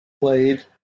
played